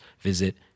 visit